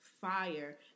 fire